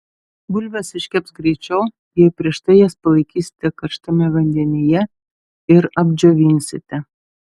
bulvės iškeps greičiau jei prieš tai jas palaikysite karštame vandenyje ir apdžiovinsite